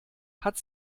hat